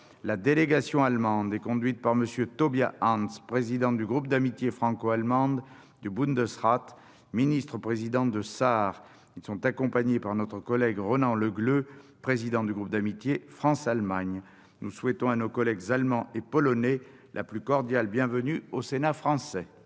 La délégation allemande est conduite par M. Tobias Hans, président du groupe d'amitié franco-allemande du Bundesrat, ministre-président de Sarre. Elle est accompagnée par notre collègue Ronan Le Gleut, président du groupe d'amitié France-Allemagne. Nous souhaitons à nos collègues allemands et polonais la plus cordiale bienvenue au Sénat français